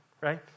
right